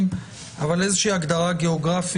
אבל צריך איזושהי הגדרה גאוגרפית.